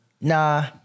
nah